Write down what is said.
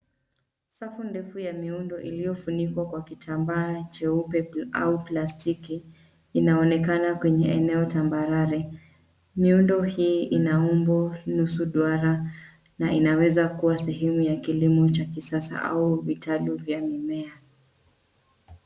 Safu ndefu ya miundo iliyofunikwa kwa kitambaa cheupe au plastiki inaonekana kwenye eneo tambarare. Miundo hii ina umbo nusu duara na inaweza kuwa sehemu ya kilimo cha kisasa au vitalu vya mimea.